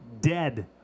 dead